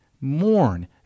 mourn